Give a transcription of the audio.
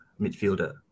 midfielder